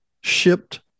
shipped